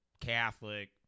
Catholic